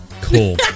cool